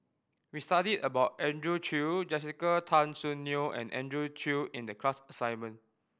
we studied about Andrew Chew Jessica Tan Soon Neo and Andrew Chew in the class assignment